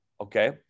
okay